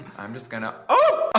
i'm just gonna oh